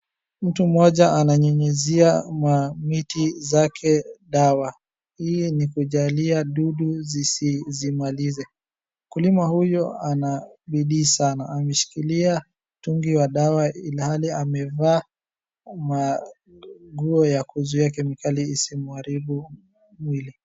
Mtu mmoja ananyunyizia miti zake dawa, hii ni kujalia dudu zisimalize. Mkulima huyu ana bidii sana, ameshikilia mtungi wa dawa ilhali amevaa nguo ya kuzuia kemikali isimwaribu mwili.